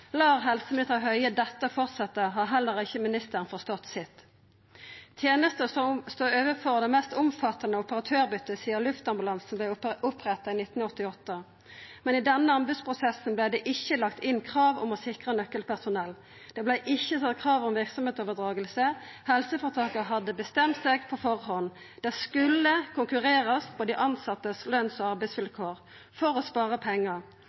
helseminister Høie dette halda fram, har heller ikkje ministeren forstått sitt. Dette er tenester som står overfor det mest omfattande operatørbytet sidan luftambulansen vart oppretta i 1988, men i denne anbodsprosessen vart det ikkje lagt inn krav om å sikra nøkkelpersonell, og det vart ikkje sett krav til verksemdsoverdraging. Helseføretaket hadde bestemt seg på førehand: Det skulle konkurrerast på løns- og arbeidsvilkåra til dei tilsette for å spara pengar.